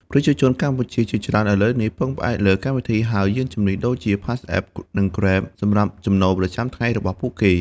ប្រជាជនកម្ពុជាជាច្រើនឥឡូវនេះពឹងផ្អែកលើកម្មវិធីហៅយានជំនិះដូចជា PassApp និង Grab សម្រាប់ចំណូលប្រចាំថ្ងៃរបស់ពួកគេ។